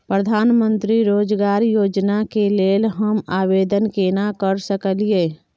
प्रधानमंत्री रोजगार योजना के लेल हम आवेदन केना कर सकलियै?